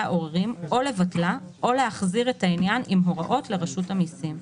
עוררים או לבטלה או להחזיר את העניין עם הוראות לרשות המסים."